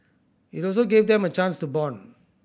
it also gave them a chance to bond